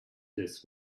this